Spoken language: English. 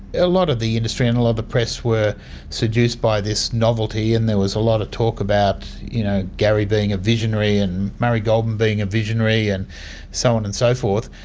a lot of the industry and a lot of the press were seduced by this novelty and there was a lot of talk about you know gary being a visionary and murray goulburn being a visionary and so on and so forth,